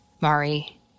Mari